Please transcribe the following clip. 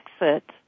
exit